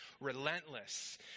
relentless